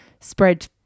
spread